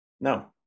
No